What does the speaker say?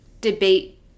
debate